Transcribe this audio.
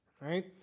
right